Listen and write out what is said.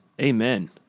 Amen